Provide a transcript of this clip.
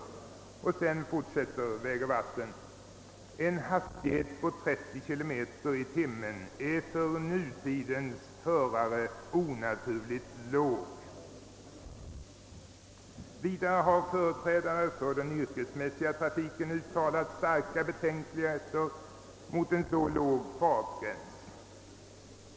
Vägoch vattenbyggnadsstyrelsen säger vidare: »En hastighet på 30 km i timmen är för nutidens förare onaturligt låg.» Företrädare för den yrkesmässiga trafiken har vidare uttalat starka betänkligheter mot en så låg fartgräns.